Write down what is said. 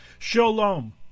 Shalom